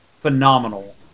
phenomenal